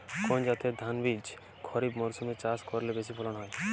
কোন জাতের ধানবীজ খরিপ মরসুম এ চাষ করলে বেশি ফলন হয়?